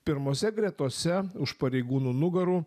pirmose gretose už pareigūnų nugarų